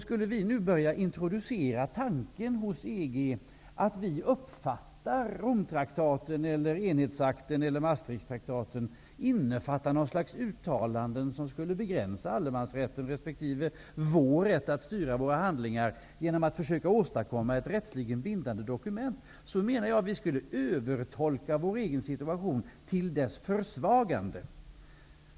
Skulle vi, genom att försöka åstadkomma en rättsligt bindande dokumentation, hos EG börja introducera tanken att vi uppfattar att Maastrichttraktaten innefattar något slags uttalanden som skulle begränsa allemansrätten resp. vår rätt att styra våra handlingar, skulle vi övertolka vår egen situation till dess försvagande.